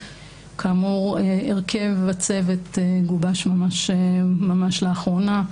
כאמור, הרכב הצוות גובש ממש לאחרונה.